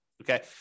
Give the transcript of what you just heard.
Okay